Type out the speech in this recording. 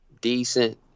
decent